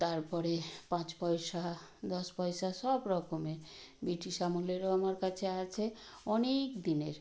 তারপরে পাঁচ পয়সা দশ পয়সা সব রকমের ব্রিটিশ আমলেরও আমার কাছে আছে অনেক দিনের